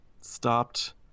stopped